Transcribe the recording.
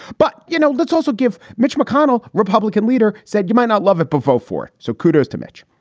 but you know, let's also give mitch mcconnell, republican leader, said you might not love it, but vote for it. so kudos to mitch.